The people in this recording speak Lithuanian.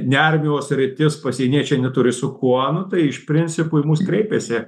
ne armijos sritis pasieniečiai neturi su kuo nu tai iš principo į mus kreipėsi